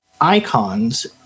icons